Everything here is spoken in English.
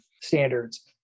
standards